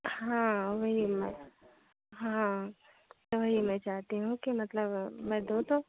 हाँ वही मैं हाँ तो वही मैं चाहती हूँ कि मतलब मैं दूँ तो